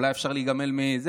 אולי אפשר להיגמל מעישון,